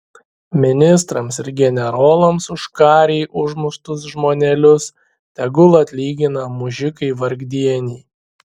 ministrams ir generolams už karėj užmuštus žmonelius tegul atlygina mužikai vargdieniai